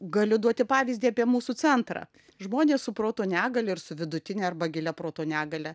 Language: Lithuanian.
galiu duoti pavyzdį apie mūsų centrą žmonės su proto negalia ir su vidutine arba gilia proto negalia